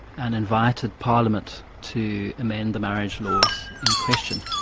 and invited parliament to amend the marriage laws in question,